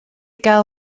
gal